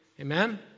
Amen